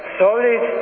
solid